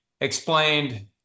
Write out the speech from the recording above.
explained